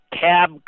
Cab